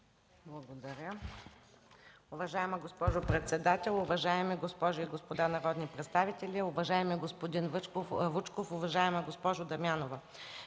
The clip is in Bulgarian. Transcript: Благодаря.